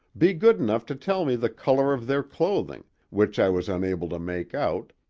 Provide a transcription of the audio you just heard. be good enough to tell me the color of their clothing, which i was unable to make out,